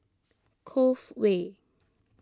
Cove Way